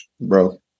bro